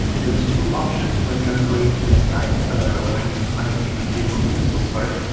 there is two options when you're creating a site or when you're connecting a facebook pixel, sorry.